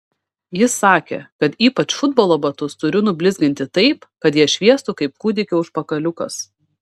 jis sakė kad ypač futbolo batus turiu nublizginti taip kad jie šviestų kaip kūdikio užpakaliukas